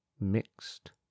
mixed